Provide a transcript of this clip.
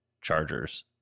chargers